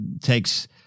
takes